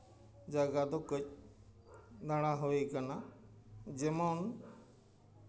ᱡᱟᱭᱜᱟ ᱫᱚ ᱠᱟᱹᱡ ᱫᱟᱬᱟ ᱦᱩᱭ ᱠᱟᱱᱟ ᱡᱮᱢᱚᱱ